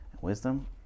Wisdom